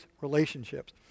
relationships